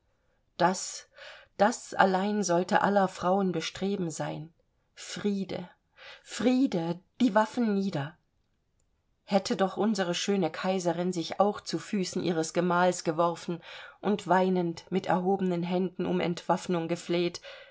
das das allein sollte aller frauen bestreben sein friede friede die waffen nieder hätte doch unsere schöne kaiserin sich auch zu füßen ihres gemahls geworfen und weinend mit erhobenen händen um entwaffnung gefleht